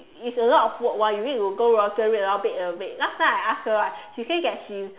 it's a lot of work [one] you need to go roster wait and wait last time I asked her right she said that she